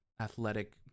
athletic